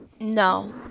No